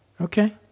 Okay